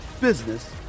business